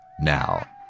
now